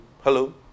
Hello